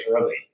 early